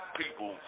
people